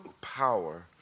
power